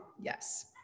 yes